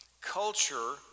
culture